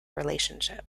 relationship